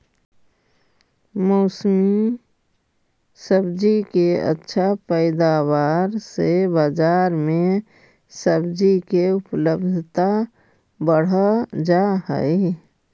मौसमी सब्जि के अच्छा पैदावार से बजार में सब्जि के उपलब्धता बढ़ जा हई